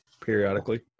periodically